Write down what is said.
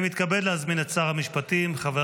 אני מתכבד להזמין את שר המשפטים חבר